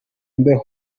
mbeho